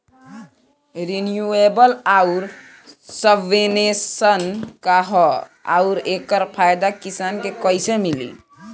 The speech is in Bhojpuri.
रिन्यूएबल आउर सबवेन्शन का ह आउर एकर फायदा किसान के कइसे मिली?